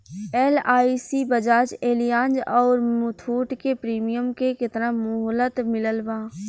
LIC Bajaj Allianz आउर मुथूट के premium के केतना मुहलत मिलल बा?